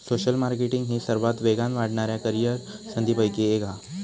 social marketing ही सर्वात वेगान वाढणाऱ्या करीअर संधींपैकी एक हा